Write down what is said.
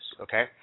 Okay